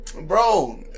bro